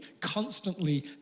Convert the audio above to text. constantly